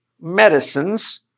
medicines